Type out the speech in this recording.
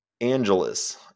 Angeles